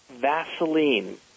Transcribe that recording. Vaseline